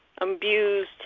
abused